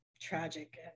tragic